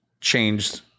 changed